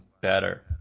better